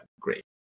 great